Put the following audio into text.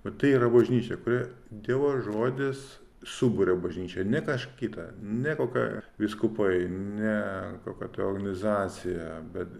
vat tai yra bažnyčia kuri dievo žodis suburia bažnyčią ne kaž kitą ne ko ką vyskupai ne kokią tai organizaciją bet